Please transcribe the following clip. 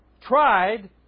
tried